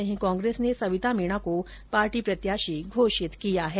वहीं कांग्रेस ने सविता मीणा को पार्टी प्रत्याशी घोषित किया है